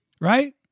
right